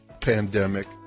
pandemic